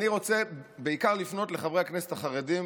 אני רוצה בעיקר לפנות לחברי הכנסת החרדים.